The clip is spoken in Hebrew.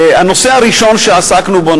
הנושא הראשון שעסקנו בו,